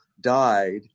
died